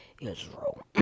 Israel